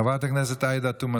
חברת הכנסת עאידה תומא